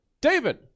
David